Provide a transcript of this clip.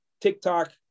TikTok